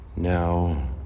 Now